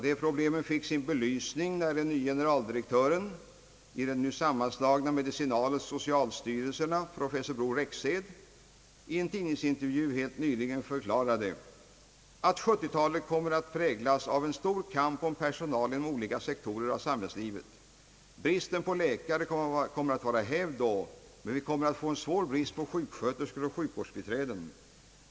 Dessa problem fick sin belysning när den nye generaldirektören i de nu sammanslagna medicinaloch socialstyrelserna professor Bror Rexed i en tidningsintervju helt nyligen förklarade: »1970-talet kommer att präglas av en stor kamp om personal inom olika sektorer av samhällslivet. Bristen på läkare kommer då att vara hävd, men vi kommer att få en svår brist på sjuksköterskor och sjukvårdsbiträden.